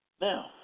Now